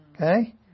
Okay